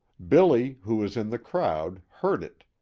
billy, who was in the crowd, heard it.